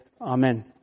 Amen